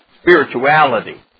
spirituality